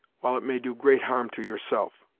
while it may do great harm to yourself.